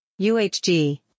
UHG